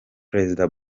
prezida